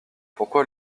pourquoi